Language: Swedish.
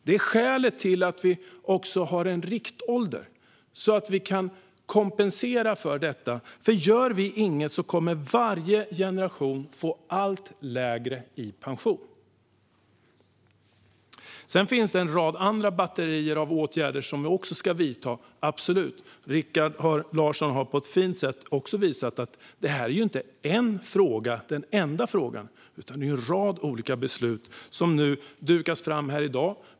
Det är skälet till att vi också har en riktålder så att vi kan kompensera för detta. Om vi inte gör något kommer varje generation att få allt lägre pensioner. Sedan finns det ett batteri med andra åtgärder som vi också ska vidta. Även Rikard Larsson har på ett fint sätt visat att det här inte är den enda frågan, utan det är en rad olika beslut som nu dukas fram här i dag.